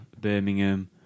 Birmingham